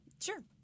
Sure